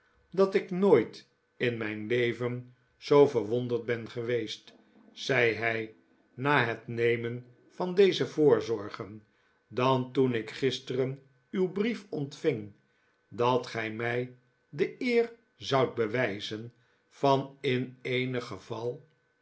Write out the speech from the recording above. dat ik nooit in mijn leven zoo verwonderd ben geweest zei hij na het nemen van deze voorzorgen dan toen ik gisteren uw brief ontving dat gij mij de eer zoudt bewijzen van in eenig geval